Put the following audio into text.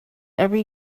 every